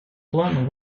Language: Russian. план